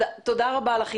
תודה רבה לך,